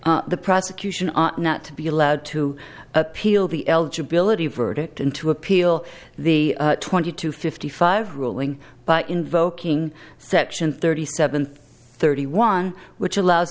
the prosecution are not to be allowed to appeal the eligibility verdict and to appeal the twenty two fifty five ruling by invoking section thirty seven thirty one which allows